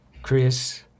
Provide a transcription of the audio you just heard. Chris